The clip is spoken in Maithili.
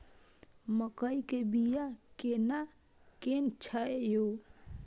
मकई के बिया केना कोन छै यो?